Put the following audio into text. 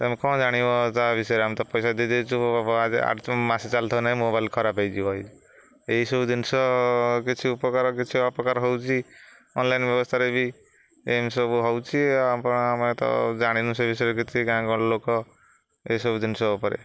ତମେ କ'ଣ ଜାଣିବ ତା ବିଷୟରେ ଆମେ ତ ପଇସା ଦେଇ ଦେଇଛୁ ଆ ମାସେ ଚାଲିଥିବ ନାହିଁ ମୋବାଇଲ ଖରାପ ହେଇଯିବ ଏହିସବୁ ଜିନିଷ କିଛି ଉପକାର କିଛି ଅପକାର ହେଉଛି ଅନଲାଇନ ବ୍ୟବସ୍ଥାରେ ବି ଏମିତି ସବୁ ହେଉଛି ଆପଣ ଆମେ ତ ଜାଣିନୁ ସେ ବିଷୟରେ କିଛି ଗାଁ ଗହଳି ଲୋକ ଏସବୁ ଜିନିଷ ଉପରେ